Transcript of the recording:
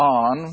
on